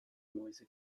mäuse